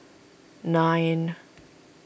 nine